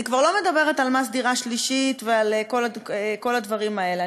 אני כבר לא מדברת על מס דירה שלישית ועל כל הדברים האלה.